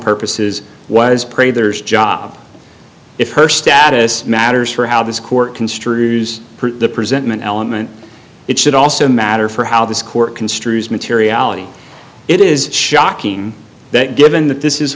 purposes was pretty there's job if her status matters for how this court construes the present an element it should also matter for how this court construes materiality it is shocking that given that this is